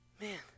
Man